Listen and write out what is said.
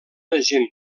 agent